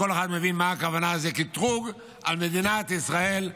כל אחד מבין מה הכוונה של קטרוג על מדינת ישראל,